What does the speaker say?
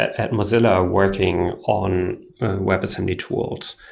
at at mozilla working on webassembly tools.